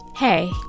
Hey